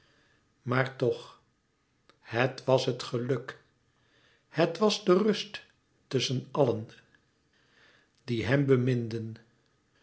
maar toch het was het geluk het was de rust tusschen allen die hem